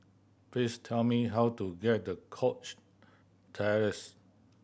please tell me how to get to Cox Terrace